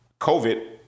COVID